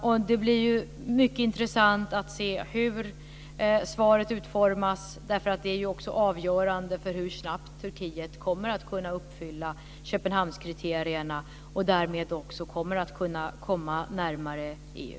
Och det blir ju mycket intressant att se hur svaret utformas, därför att det också är avgörande för hur snabbt Turkiet kommer att kunna uppfylla Köpenhamnskriterierna och därmed också kommer att kunna komma närmare EU.